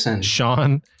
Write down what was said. Sean